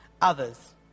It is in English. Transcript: others